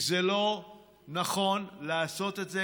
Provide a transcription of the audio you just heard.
כי זה לא נכון לעשות את זה,